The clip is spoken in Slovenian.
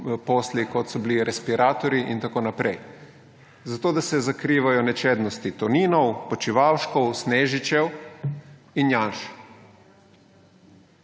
kot so bili respiratorji in tako naprej. Zato da se zakrivajo nečednosti Toninov, Počivalškov, Snežičev in Janš.